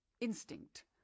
instinct